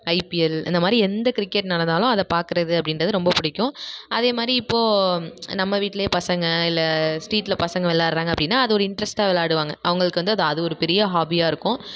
IPL இந்த மாதிரி எந்த கிரிக்கெட் நடந்தாலும் அதை பார்க்குறது அப்படின்றது ரொம்ப பிடிக்கும் அதே மாதிரி இப்போ நம்ம வீட்லையே பசங்க இல்லை ஸ்ட்ரீட்டில் பசங்க விள்ளாட்றாங்க அப்படின்னா அது ஒரு இன்ட்ரெஸ்ட்டாக விள்ளாடுவாங்க அவங்களுக்கு வந்து அது ஒரு பெரிய ஹாபியாக இருக்கும்